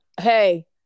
Hey